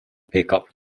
pickup